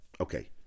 Okay